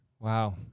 Wow